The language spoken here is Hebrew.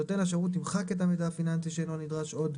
נותן השירות ימחק את המידע הפיננסי שאינו נדרש עוד,